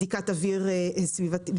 בדיקות אוויר סביבתיות,